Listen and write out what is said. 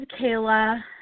Kayla